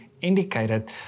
indicated